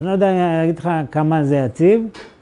אני לא יודע, אני אגיד לך כמה זה יציב.